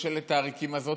ממשלת העריקים הזאת,